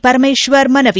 ಪರಮೇಶ್ವರ್ ಮನವಿ